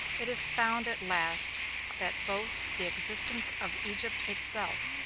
it is found at last that both the existence of egypt itself,